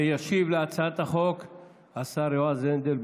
ישיב על הצעת החוק השר יועז הנדל,